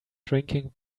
drinking